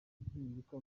impinduka